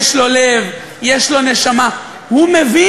יש לו לב, יש לו נשמה, הוא מבין.